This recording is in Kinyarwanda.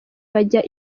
bajya